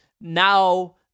now